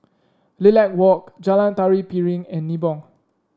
Lilac Walk Jalan Tari Piring and Nibong